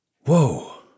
Whoa